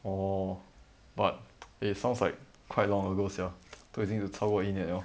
orh but eh sounds like quite long ago sia 都已经是超过一年了